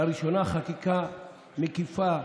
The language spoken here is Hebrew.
לראשונה חקיקה מקיפה,